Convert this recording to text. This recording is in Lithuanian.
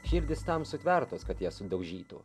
širdis tam sutvertos kad jas sudaužytų